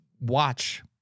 watch